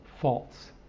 false